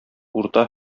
урта